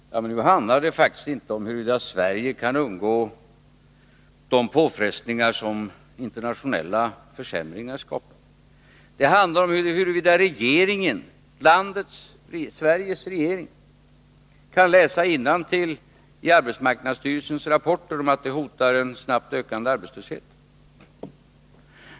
Herr talman! Nu handlar det faktiskt inte om huruvida Sverige kan undgå de påfrestningar som internationella försämringar skapar. I stället handlar det om huruvida Sveriges regering kan läsa innantill i arbetsmarknadsstyrelsens rapporter, där det bl.a. heter att en snabbt ökande arbetslöshet hotar.